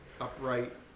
upright